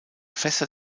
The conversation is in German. fester